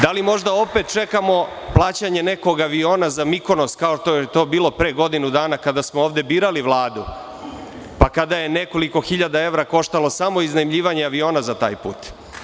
Da li možda opet čekamo plaćanje nekog aviona za Mikonos, kao što je to bilo pre godinu dana kada smo ovde birali Vladu, kada je nekoliko hiljada evra koštalo samo iznajmljivanje aviona za taj put?